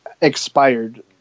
expired